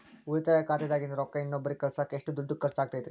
ಉಳಿತಾಯ ಖಾತೆದಾಗಿನ ರೊಕ್ಕ ಇನ್ನೊಬ್ಬರಿಗ ಕಳಸಾಕ್ ಎಷ್ಟ ದುಡ್ಡು ಖರ್ಚ ಆಗ್ತೈತ್ರಿ?